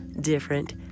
different